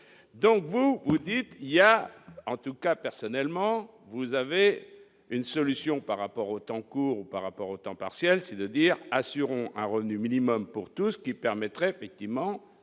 donc vous vous dites : il y a en tout cas personnellement, vous avez une solution par rapport au temps court par rapport au temps partiel, c'est de dire assureront un revenu minimum pour tous, ce qui permettrait effectivement